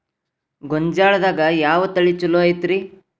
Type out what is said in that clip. ಗೊಂಜಾಳದಾಗ ಯಾವ ತಳಿ ಛಲೋ ಐತ್ರಿ?